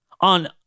on